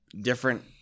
different